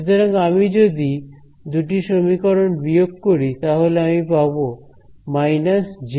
সুতরাং আমি যদি এই দুটি সমীকরণ বিয়োগ করি তাহলে আমি পাব − jω